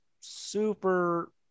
super